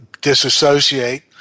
disassociate